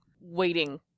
waiting